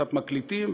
קצת מקליטים,